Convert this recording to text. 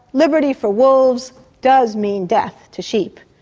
liberty for wolves does mean death to sheep.